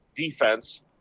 defense